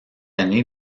année